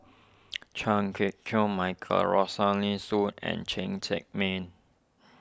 Chan Kit Chew Michael Rosaline Soon and Cheng Tsang Man